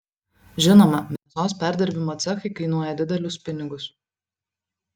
žinoma mėsos perdirbimo cechai kainuoja didelius pinigus